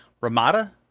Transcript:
Ramada